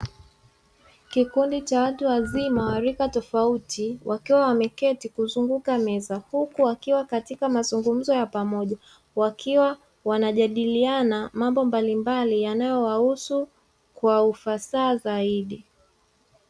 Kikundi cha watu wazima wa rika tofauti, wakiwa wameketi kuzunguka meza, huku wakiwa katika mazungumzo ya pamoja, wakiwa wanajadiliana mambo mbalimbali yanayowahusu kwa ufasaha zaidi.